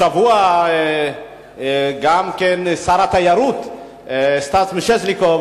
השבוע גם שר התיירות סטס מיסז'ניקוב,